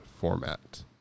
format